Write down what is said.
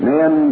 Men